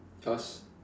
yours